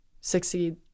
succeed